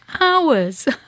hours